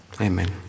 Amen